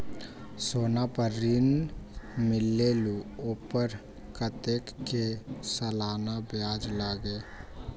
सोना पर ऋण मिलेलु ओपर कतेक के सालाना ब्याज लगे?